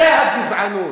זו הגזענות.